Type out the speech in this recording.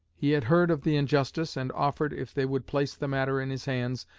he had heard of the injustice, and offered, if they would place the matter in his hands,